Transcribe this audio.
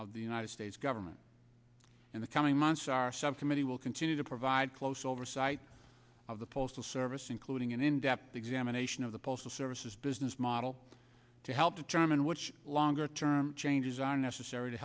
of the united states government in the coming months are subcommittee will continue to provide close oversight of the postal service including an in depth examination of the postal services business model to help determine which longer term changes are necessary to